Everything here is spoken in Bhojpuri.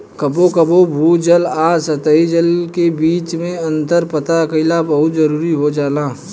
कबो कबो भू जल आ सतही जल के बीच में अंतर पता कईल बहुत जरूरी हो जाला